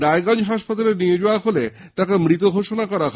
রায়গঞ্জ হাসপাতালে নিয়ে যাওয়া হলে তাকে মৃত বলে ঘোষণা করা হয়